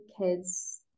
Kids